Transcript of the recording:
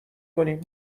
کنیم